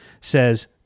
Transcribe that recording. says